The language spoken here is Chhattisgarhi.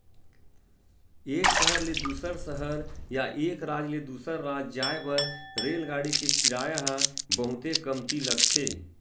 एक सहर ले दूसर सहर या एक राज ले दूसर राज जाए बर रेलगाड़ी के किराया ह बहुते कमती लगथे